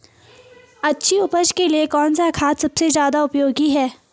अच्छी उपज के लिए कौन सा खाद सबसे ज़्यादा उपयोगी है?